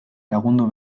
lagundu